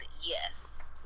Yes